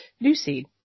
Lucy